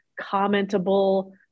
commentable